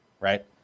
Right